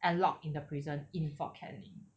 and locked in the prison in fort canning